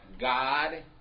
God